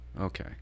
Okay